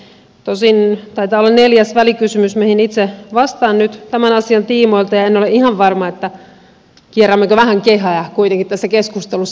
tosin taitaa olla neljäs välikysymys mihin itse vastaan nyt tämän asian tiimoilta ja en ole ihan varma kierrämmekö vähän kehää kuitenkin tässä keskustelussa